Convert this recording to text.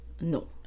No